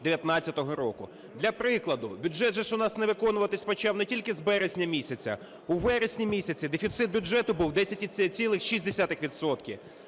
2019 року. Для прикладу. Бюджет же ж у нас не виконуватись почав не тільки з березня місяця. У вересні місяці дефіцит бюджету був 10,6